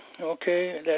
okay